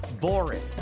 boring